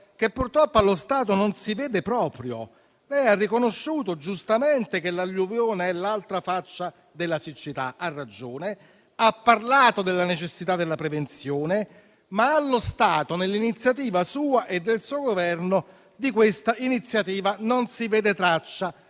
che purtroppo allo stato non si vede proprio. Lei ha riconosciuto giustamente che l'alluvione è l'altra faccia della siccità - ha ragione - e ha parlato della necessità della prevenzione, ma allo stato dell'iniziativa sua e del suo Governo non si vede traccia.